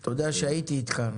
אתה יודע שהייתי איתך.